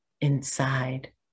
inside